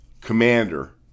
commander